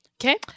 okay